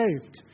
saved